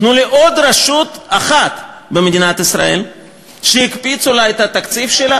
תנו לי עוד רשות אחת במדינת ישראל שהקפיצו לה את התקציב,